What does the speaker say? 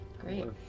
Great